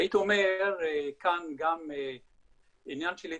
והייתי אומר כאן גם עניין של התמחות.